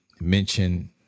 mention